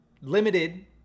limited